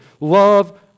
love